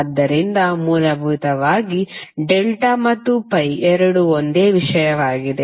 ಆದ್ದರಿಂದ ಮೂಲಭೂತವಾಗಿ ಡೆಲ್ಟಾ ಮತ್ತು ಪೈ ಎರಡೂ ಒಂದೇ ಆಗಿದೆ